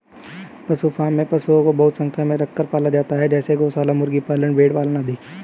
पशु फॉर्म में पशुओं को बहुत संख्या में रखकर पाला जाता है जैसे गौशाला, मुर्गी पालन, भेड़ पालन आदि